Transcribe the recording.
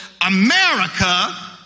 America